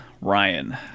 Ryan